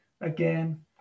again